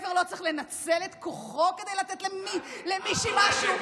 גבר לא צריך לנצל את כוחו כדי לתת למישהי משהו.